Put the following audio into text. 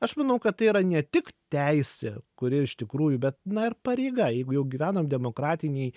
aš manau kad tai yra ne tik teisė kuri iš tikrųjų bet na ir pareiga jeigu jau gyvenam demokratinėj